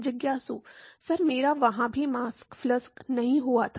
जिज्ञासुः sir मेरा वहां भी मास फ्लक्स नहीं हुआ था